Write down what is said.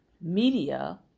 media